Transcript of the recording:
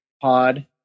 pod